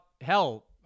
hell